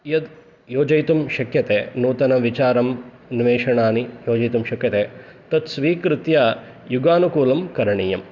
यद्योजयितुम् शक्यते नूतनविचारम् अन्वेषणानि योजयितुं शक्यते तत् स्वीकृत्य युगानुकूलं करणीयं